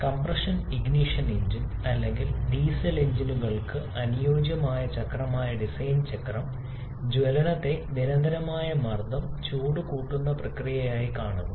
compression ignition engine അല്ലെങ്കിൽ diesel എഞ്ചിനുകൾക്ക് അനുയോജ്യമായ ചക്രമായ ഡിസൈൻ ചക്രം ജ്വലനത്തെ നിരന്തരമായ മർദ്ദം ചൂട് കൂട്ടുന്ന പ്രക്രിയയായി കാണുന്നു